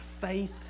faith